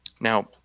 Now